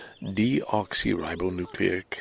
deoxyribonucleic